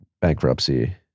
bankruptcy